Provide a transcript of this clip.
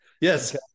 yes